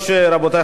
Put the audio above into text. האמת היא,